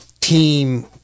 team